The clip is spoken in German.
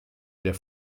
der